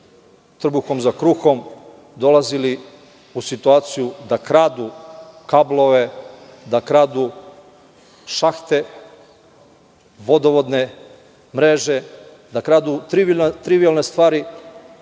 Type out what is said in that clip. trbuhom za kruhom dolazili u situaciju da kradu kablove, da kradu šahte, vodovodne mreže, da kradu trivijalne stvari